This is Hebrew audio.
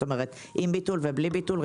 כלומר, עם ביטול ובלי ביטול.